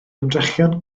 ymdrechion